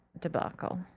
debacle